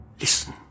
Listen